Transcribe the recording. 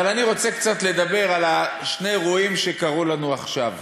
אבל אני רוצה קצת לדבר על שני אירועים שקרו לנו עכשיו,